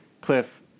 Cliff